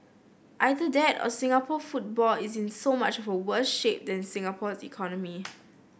either that or Singapore football is in so much for worse shape than Singapore's economy